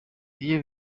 iyo